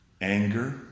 anger